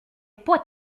pas